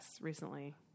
recently